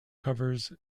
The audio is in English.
covers